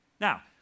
Now